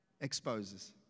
exposes